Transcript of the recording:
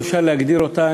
אפשר להגדיר אותה,